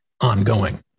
ongoing